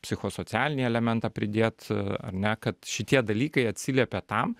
psichosocialinį elementą pridėt ar ne kad šitie dalykai atsiliepia tam